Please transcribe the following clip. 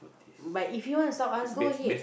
but if you want to stop us go ahead